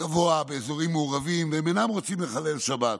גבוה, באזורים מעורבים, והם אינם רוצים לחלל שבת,